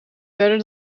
verder